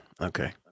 okay